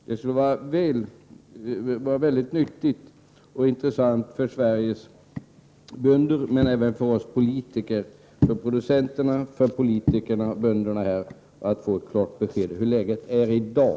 Det skulle vara mycket nyttigt och intressant för Sveri ges bönder, för oss politiker och för producenterna att få ett klart besked om hur läget är i dag.